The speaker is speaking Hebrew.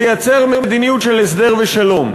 לייצר מדיניות של הסדר ושלום.